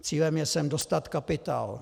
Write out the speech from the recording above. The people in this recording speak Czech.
Cílem je sem dostat kapitál.